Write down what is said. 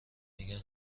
میگن